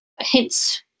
hints